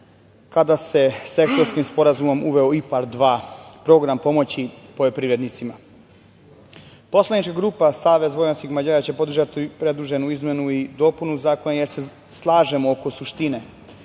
kada se sektorskim sporazumom uveo IPARD 2, program pomoći poljoprivrednicima. Poslanička grupa SVM će podržati predloženu izmenu i dopunu zakona jer se slažemo oko suštine